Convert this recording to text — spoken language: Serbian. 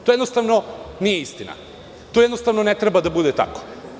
To, jednostavno, nije istina i to, jednostavno, ne treba da bude tako.